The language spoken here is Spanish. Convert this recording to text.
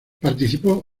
participó